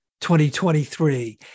2023